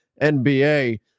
NBA